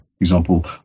example